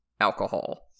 Alcohol